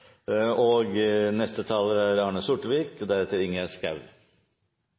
innstillingen. Neste taler er Ingjerd Schou.